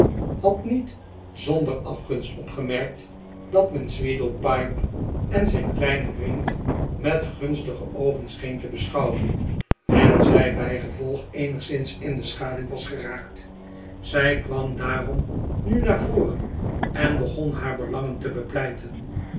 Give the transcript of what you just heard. had niet zander afgunst opgemerkt dat men sweedlepipe en zijn kleinen vriend met gunstige oogen scheen te beschouwen en zij bijgevolg eenigszins in de schaduw was geraakt zij kwam daarom nu naar voren en begon haar belangen te bepleiten